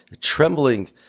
trembling